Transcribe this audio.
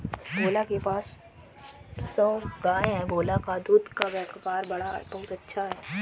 भोला के पास सौ गाय है भोला का दूध का व्यापार बड़ा अच्छा चलता है